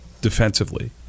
defensively